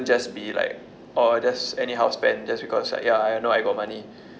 just be like oh just anyhow spend just because like ya I know I got money